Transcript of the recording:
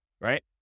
right